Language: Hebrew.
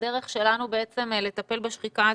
והדרך שלנו בעצם לטפל בשחיקה הזו,